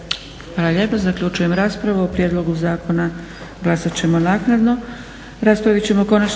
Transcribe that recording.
Hvala lijepo. Zaključujem raspravu. O prijedlogu zakona glasat ćemo naknadno.